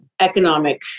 economic